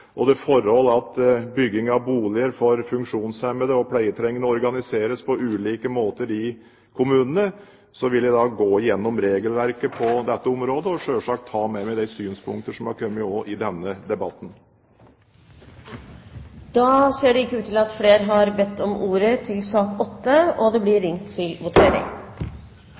og det forhold at bygging av boliger til funksjonshemmede og pleietrengende organiseres på ulike måter i kommunene, vil jeg gå gjennom regelverket på dette området og selvsagt ta med meg de synspunkter som er kommet, også i denne debatten. Flere har ikke bedt om ordet til sak nr. 8. Stortinget går da til votering over sakene nr. 1–8 på dagens kart. Under debatten er det